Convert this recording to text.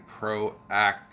proactive